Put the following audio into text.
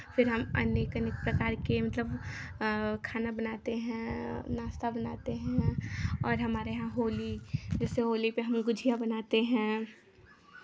फिर हम अनेक अनेक प्रकार के मतलब खाना बनाते हैं नाश्ता बनाते हैं और हमारे यहाँ होली जैसे होली पे हम गुझिया बनाते हैं